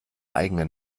eigene